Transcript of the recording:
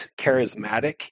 charismatic